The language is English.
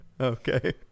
Okay